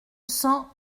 cents